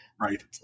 Right